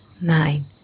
nine